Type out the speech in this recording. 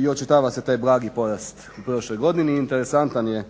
i očitava se taj blagi porast u prošloj godini. Interesantan je